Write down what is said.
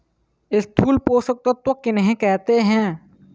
स्थूल पोषक तत्व किन्हें कहते हैं?